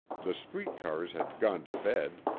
the street cars had gone to bed,